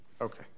Okay